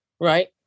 Right